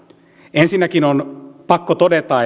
ensinnäkin on pakko todeta